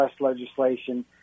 legislation